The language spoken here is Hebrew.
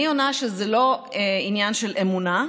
אני עונה שזה לא עניין של אמונה,